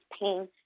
pain